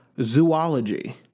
zoology